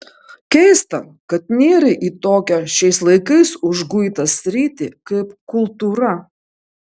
keista kad nėrei į tokią šiais laikais užguitą sritį kaip kultūra